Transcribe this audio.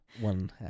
one